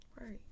Right